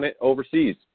overseas